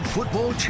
Football